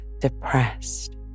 depressed